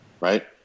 Right